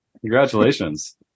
Congratulations